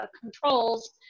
controls